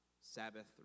Sabbath